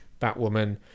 Batwoman